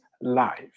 life